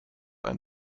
ein